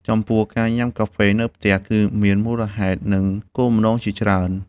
ចំពោះ ការញ៉ាំកាហ្វេនៅផ្ទះ គឺមានមូលហេតុ និងគោលបំណងជាច្រើន។